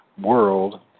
world